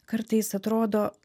kartais atrodo